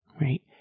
right